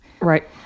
right